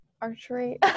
archery